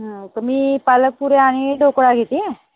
हा तर मी पालक पुऱ्या आणि ढोकळा घेते